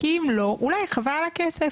כי אם לא אולי חבל על הכסף.